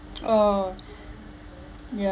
oh yeah